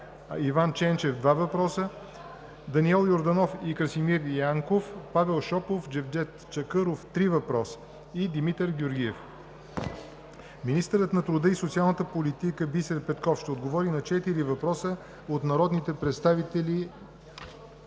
Иван Ченчев – два въпроса; Даниел Йорданов и Красимир Янков; Павел Шопов; Джевдет Чакъров – три въпроса, и Димитър Георгиев. 5. Министърът на труда и социалната политика Бисер Петков ще отговори на четири въпроса от народните представители